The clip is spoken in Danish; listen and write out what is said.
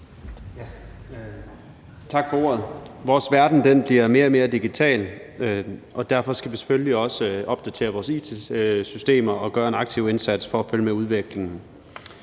Tak for ordet. Vores verden bliver mere og mere digital, og derfor skal vi selvfølgelig også opdatere vores it-systemer og gøre en aktiv indsats for at følge med udviklingen.